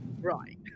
Right